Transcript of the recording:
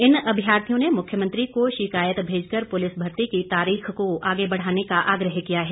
इन अभ्यार्थियों ने मुख्यमंत्री को शिकायत भेजकर पुलिस भर्ती की तारीख को आगे बढ़ाने का आग्रह किया है